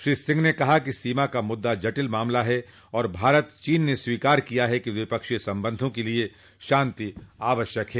श्री सिंह ने कहा कि सीमा का मुद्दा जटिल मामला है और भारत चीन ने स्वीकार किया है कि द्विपक्षीय संबंधों के लिए शांति आवश्यक है